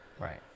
Right